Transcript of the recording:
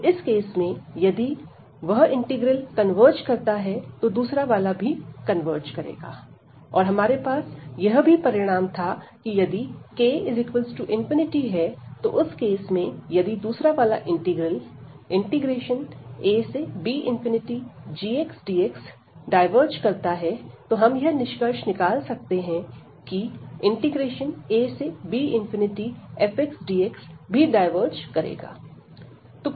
तो केस में यदि वह इंटीग्रल कन्वर्ज करता है तो दूसरा वाला भी कन्वर्ज करेगा और हमारे पास यह भी परिणाम था कि यदि k∞ है तो उस केस में यदि दूसरा वाला इंटीग्रल abgxdx डायवर्ज करता है तो हम यह निष्कर्ष निकाल सकते हैं की abfxdx भी डायवर्ज करेगा